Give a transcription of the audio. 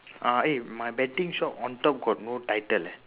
uh eh my betting shop on top got no title eh